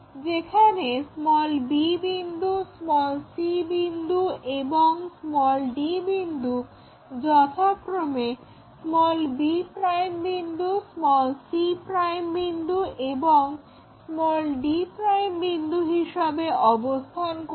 যেখানে b বিন্দু c বিন্দু এবং d বিন্দু যথাক্রমে b বিন্দু c বিন্দু এবং d বিন্দু হিসাবে অবস্থান করবে